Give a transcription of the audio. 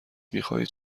میخواهید